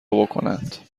بکنند